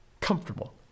comfortable